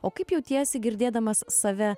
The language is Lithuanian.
o kaip jautiesi girdėdamas save